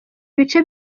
bice